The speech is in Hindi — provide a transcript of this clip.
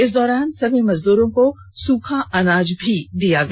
इस दौरान सभी मजदूरों को सूखा अनाज भी दिया गया